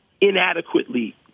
inadequately